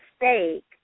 mistake